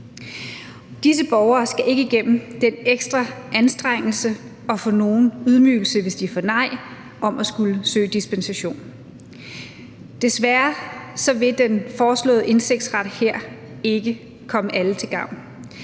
Disse borgere skal ikke igennem den ekstra anstrengelse – og for nogen ydmygelse, hvis de får nej – ved at skulle søge dispensation. Desværre vil den foreslåede indsigtsret her ikke komme alle til gavn.